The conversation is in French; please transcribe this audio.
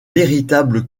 véritable